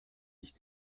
nicht